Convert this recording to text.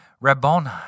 Rabboni